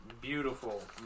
beautiful